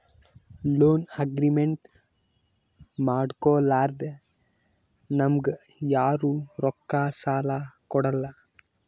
loan agreement ಮಾಡ್ಕೊಲಾರ್ದೆ ನಮ್ಗ್ ಯಾರು ರೊಕ್ಕಾ ಸಾಲ ಕೊಡಲ್ಲ